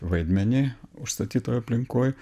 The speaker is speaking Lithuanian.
vaidmenį užstatytoj aplinkoj